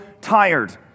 tired